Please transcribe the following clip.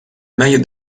meglio